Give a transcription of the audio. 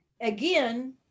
again